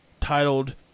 titled